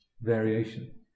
variation